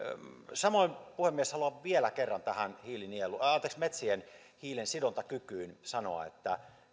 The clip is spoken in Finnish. samoin puhemies haluan vielä kerran tähän metsien hiilensidontakykyyn liittyen sanoa että